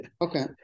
Okay